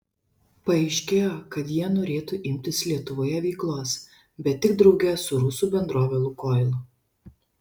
paaiškėjo kad jie norėtų imtis lietuvoje veiklos bet tik drauge su rusų bendrove lukoil